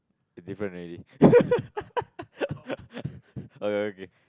the different already okay okay